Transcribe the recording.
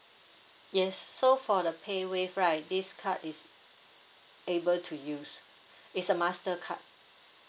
yes so for the pay wave right this card is able to use it's a mastercard